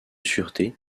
sûreté